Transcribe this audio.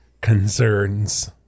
concerns